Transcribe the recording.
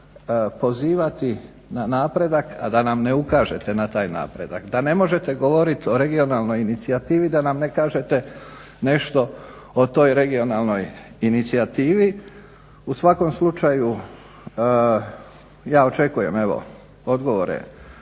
da se ne možete pozivati na napredak, a da nam ne ukažete na taj napredak, da ne možete govoriti o regionalnoj inicijativi da nam ne kažete nešto o toj regionalnoj inicijativi. U svakom slučaju ja očekujem evo odgovore